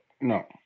No